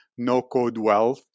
nocodewealth